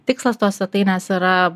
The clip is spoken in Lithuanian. tikslas tos svetainės yra